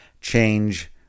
change